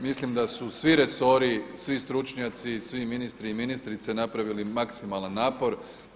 Mislim da su svi resori, svi stručnjaci, svi ministri i ministrice napravili maksimalan napor.